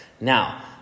Now